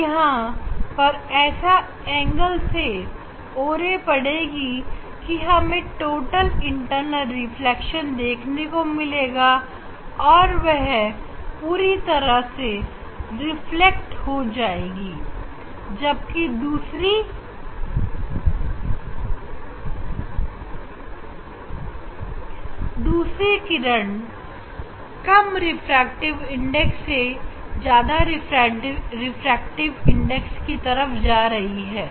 अब यहां पर ऐसा एंगल से o ray पड़ेगी की हमें टोटल इंटरनल रिफ्लेक्शन देखने को मिलेगा और वह पूरी तरह रिफ्लेक्ट हो जाएगी जबकि e ray कम रिफ्रैक्टिव इंडेक्स से ज्यादा रिफ्रैक्टिव इंडेक्स की तरफ जा रही है